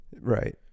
right